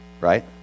right